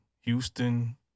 Houston